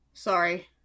Sorry